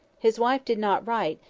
his wife did not write,